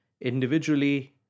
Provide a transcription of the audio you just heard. individually